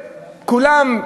כולם,